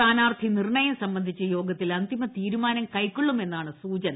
സ്ഥാനാർത്ഥി നിർണയം സംബന്ധിച്ച് യോഗത്തിൽ അന്തിമ തീരുമാനം കൈക്കൊള്ളുമെന്നാണ് സൂചന